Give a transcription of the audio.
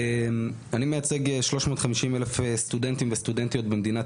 אני מייצג 350,000 סטודנטים וסטודנטיות במדינת